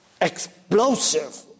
explosive